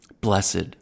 Blessed